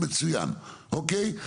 מצוין אוקיי?